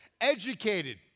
Educated